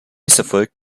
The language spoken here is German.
misserfolg